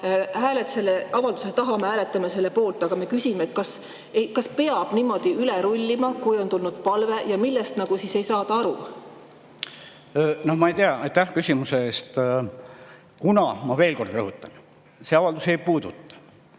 hääled selle avalduse alla, me hääletame selle poolt. Aga me küsime, kas peab niimoodi üle rullima, kui on tulnud palve. Ja millest ei saada aru? No ma ei tea. Aitäh küsimuse eest! Ma veel kord rõhutan: see avaldus ei puuduta